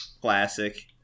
Classic